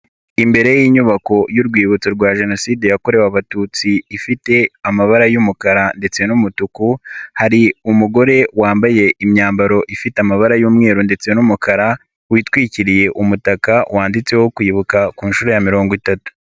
Imbere y'inyubako y'urwibutso rwa Jenoside yakorewe Abatutsi ifite amabara y'umukara ndetse n'umutuku hari umugore wambaye imyambaro ifite amabara y'umweru ndetse n'umukara witwikiriye umutaka wanditseho kwibuka ku nshuro ya mirongo itatu.